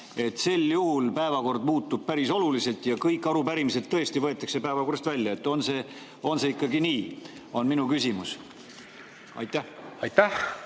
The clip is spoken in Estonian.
et sel juhul päevakord muutub päris oluliselt ja kõik arupärimised tõesti võetakse päevakorrast välja. On see ikka nii, on minu küsimus. Aitäh!